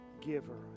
giver